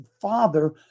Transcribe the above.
father